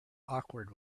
awkward